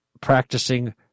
practicing